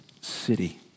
city